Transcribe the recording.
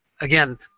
again